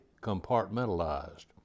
compartmentalized